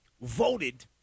voted